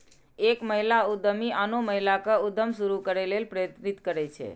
एक महिला उद्यमी आनो महिला कें उद्यम शुरू करै लेल प्रेरित करै छै